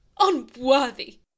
unworthy